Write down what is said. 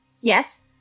Yes